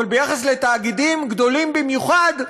וביחס לתאגידים גדולים במיוחד,